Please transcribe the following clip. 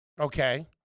Okay